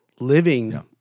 living